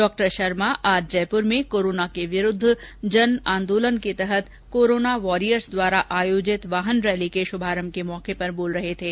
डॉ शर्मा आज जयपूर में कोरोना के विरूद्व जन आंदोलन के तहत कोरोना वॉरियर्स द्वारा आयोजित वाहन रैली के शुभारंभ के अवसर पर बोल रहे थे